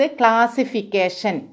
classification